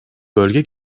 bölge